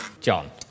John